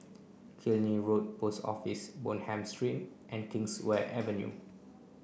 Killiney Road Post Office Bonham Street and Kingswear Avenue